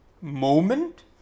moment